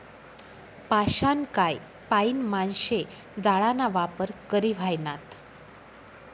पाषाणकाय पाईन माणशे जाळाना वापर करी ह्रायनात